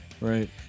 Right